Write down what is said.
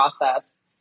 process